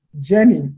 Jenny